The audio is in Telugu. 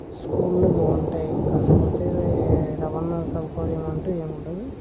స్కూళ్ళు బావుంటాయి కాకపోతే రవాణా సౌకర్యమంటూ ఏముండదు